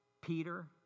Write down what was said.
Peter